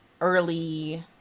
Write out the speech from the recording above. early